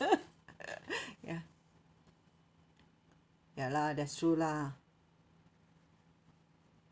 ya ya lah that's true lah